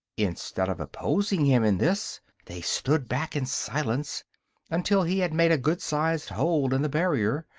instead of opposing him in this they stood back in silence until he had made a good-sized hole in the barrier,